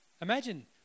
Imagine